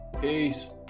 peace